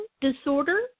disorder